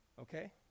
Okay